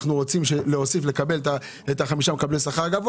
אנחנו רוצים לקבל פירוט על חמישה מקבלי השכר הגבוה